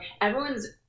everyone's